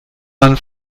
man